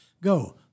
Go